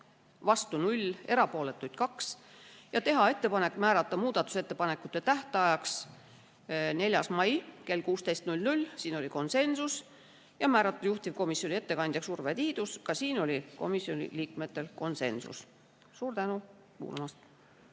vastu 0, erapooletuid 2), teha ettepanek määrata muudatusettepanekute tähtajaks 4. mai kell 16 (siin oli konsensus) ja määrata juhtivkomisjoni ettekandjaks Urve Tiidus (ka siin oli komisjoni liikmetel konsensus). Suur tänu kuulamast!